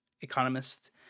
economist